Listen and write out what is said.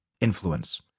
influence